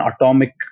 atomic